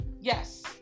Yes